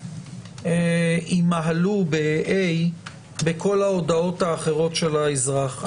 ימהלו בכל ההודעות האחרות של האזרח.